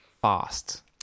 fast